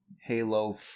Halo